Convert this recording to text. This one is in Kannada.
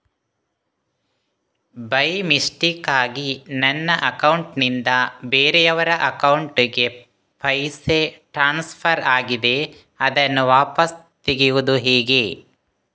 ಬೈ ಮಿಸ್ಟೇಕಾಗಿ ನನ್ನ ಅಕೌಂಟ್ ನಿಂದ ಬೇರೆಯವರ ಅಕೌಂಟ್ ಗೆ ಪೈಸೆ ಟ್ರಾನ್ಸ್ಫರ್ ಆಗಿದೆ ಅದನ್ನು ವಾಪಸ್ ತೆಗೆಯೂದು ಹೇಗೆ?